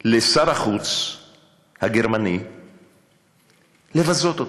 שר החוץ הגרמני לבזות.